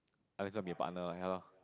I just want to be a partner lah ya loh